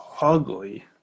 ugly